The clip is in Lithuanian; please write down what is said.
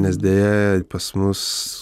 nes deja pas mus